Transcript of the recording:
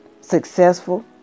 successful